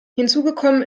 hinzugekommen